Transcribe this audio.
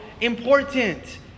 important